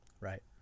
Right